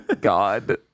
God